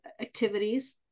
activities